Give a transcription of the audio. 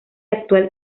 actual